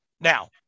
Now